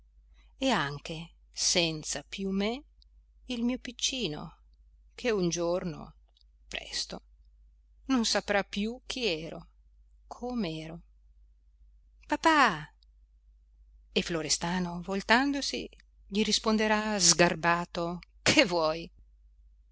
e anche senza più me il mio piccino che un giorno presto non saprà più chi ero com'ero papà e florestano voltandosi gli risponderà sgarbato che vuoi